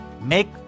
make